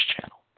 channel